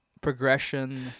progression